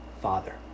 father